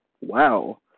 wow